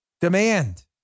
demand